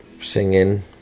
singing